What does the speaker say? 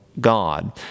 God